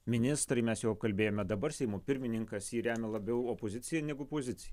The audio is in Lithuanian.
ministrai mes jau apkalbėjome dabar seimo pirmininkas jį remia labiau opozicija negu pozicija